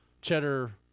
cheddar